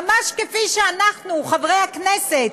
ממש כפי שאנחנו חברי הכנסת,